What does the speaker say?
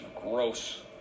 gross